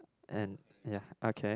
and ya okay